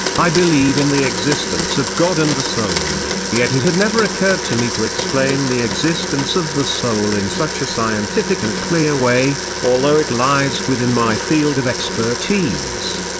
i believe in the existence of god and the soul, yet it had never occurred to me to explain the existence of the soul in such a scientific and clear way, although it lies within my field of expertise.